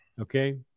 Okay